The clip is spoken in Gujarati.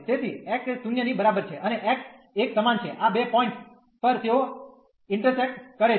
તેથી x એ 0 ની બરાબર છે અને x એક સમાન છે આ બે પોઈંટ પર તેઓ ઇન્ટર્સેક્ટ કરે છે